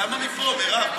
למה מפה, מרב?